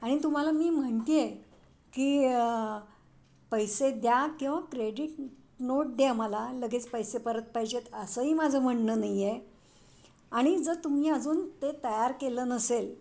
आणि तुम्हाला मी म्हणते आहे की पैसे द्या किंवा क्रेडिट नोट द्या मला लगेच पैसे परत पाहिजेत असंही माझं म्हणणं नाही आहे आणि जर तुम्ही अजून ते तयार केलं नसेल